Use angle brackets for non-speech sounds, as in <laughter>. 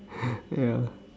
<breath> yeah